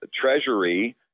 Treasury